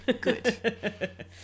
Good